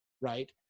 right